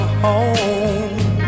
home